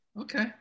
Okay